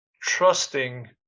trusting